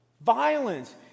Violence